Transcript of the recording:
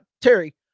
Terry